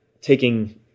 taking